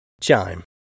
Chime